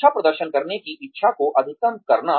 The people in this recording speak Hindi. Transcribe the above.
अच्छा प्रदर्शन करने की इच्छा को अधिकतम करना